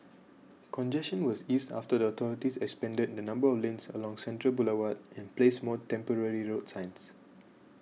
congestion was eased after the authorities expanded the number of lanes along Central Boulevard and placed more temporary road signs